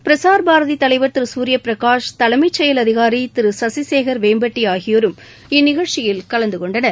பிரசார் பாரதி தலைவர் திரு சூரியபிரகாஷ் தலைமை செயல் அதிகாரி திரு சசி சேகர் வேம்பட்டி ஆகியோரும் இந்நிகழ்ச்சியில் கலந்து கொண்டனர்